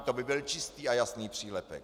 To by byl čistý a jasný přílepek.